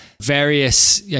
various